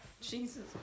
Jesus